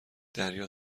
دریا